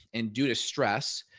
and due to stress,